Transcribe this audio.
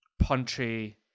punchy